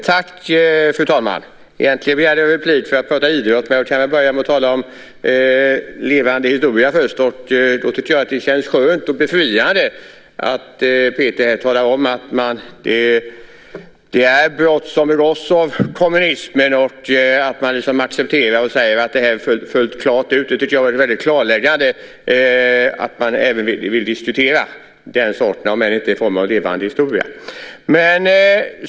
Fru talman! Egentligen begärde jag replik för att tala om idrott. Men jag ska börja med att tala om Forum för levande historia. Jag tycker att det känns skönt och befriande att Peter här talar om att det är brott som har begåtts av kommunismen och att man accepterar det och säger det klart ut. Det är väldigt klarläggande att man även diskutera den sortens brott om än inte i form av Forum för levande historia.